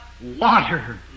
water